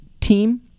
team